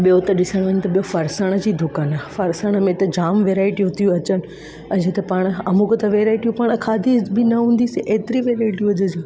ॿियो त ॾिसण वञ त फ़रसाण जी दुकान आहे फ़रसाण में त जाम वैराइटियूं थियूं अचनि अॼु त पाणि अमूक त वैराइटियूं पाणि खाधी ज बि न हूंदीसीं एतिरी वैराइटियूं अॼु